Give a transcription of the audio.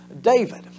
David